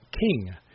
king